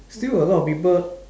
still a lot of people